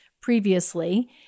previously